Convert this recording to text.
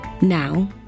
Now